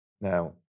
Now